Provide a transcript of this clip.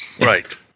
Right